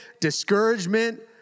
discouragement